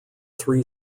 three